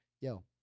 yo